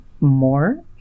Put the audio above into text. more